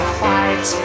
fight